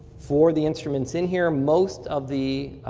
for the instruments in here, most of the